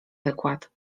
wykład